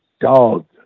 dog